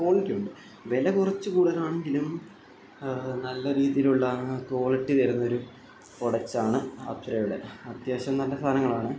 quality ഉണ്ട് വില കുറച്ച് കൂടുതലാണെങ്കിലും നല്ല രീതിയിലുള്ള ക്വാളിറ്റി തരുന്നൊരു പ്രൊഡക്സാണ് അപ്സരയുടെ അത്യാവശ്യം നല്ല സാധനങ്ങൾ ആണ്